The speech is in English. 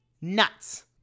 nuts